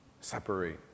separate